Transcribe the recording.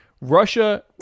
Russia